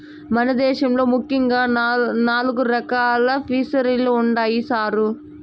మన దేశంలో ముఖ్యంగా నాలుగు రకాలు ఫిసరీలుండాయి సారు